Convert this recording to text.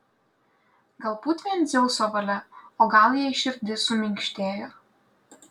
galbūt vien dzeuso valia o gal jai širdis suminkštėjo